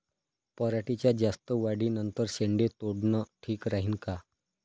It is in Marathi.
पराटीच्या जास्त वाढी नंतर शेंडे तोडनं ठीक राहीन का?